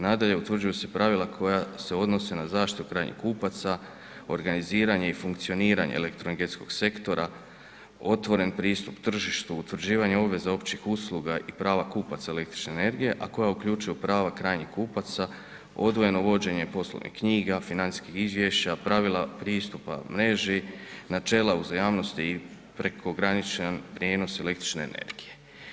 Nadalje, utvrđuju se pravila koja se odnose na zaštitu krajnjih kupaca, organiziranje i funkcioniranje elektroenergetskog sektora, otvoren pristup tržištu, utvrđivanje obveza općih usluga i prava kupaca električne energije a koja uključuju prava krajnjih kupaca, odvojeno vođenje poslovnih knjiga, financijskih izvješća, pravila pristupa mreži, načela uzajamnosti i prekograničan prijenos električne energije.